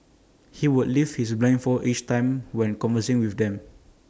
he would lift his blindfold each time when conversing with them